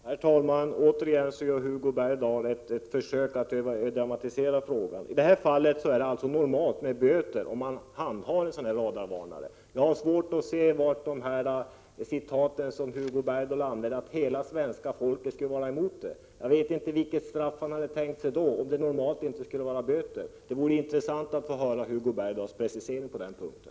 Herr talman! Återigen gör Hugo Bergdahl ett försök att dramatisera frågan. I detta fall är det normalt med böter för den som handhar en radarvarnare. Jag har svårt att förstå vad Hugo Bergdahl menar med sina citat, enligt vilka hela svenska folket skulle vara mot ett förbud. Jag vet inte vilket straff han hade tänkt sig, om det normalt inte skulle vara böter. Det vore intressant att höra Hugo Bergdahls precisering på den punkten.